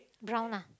brown ah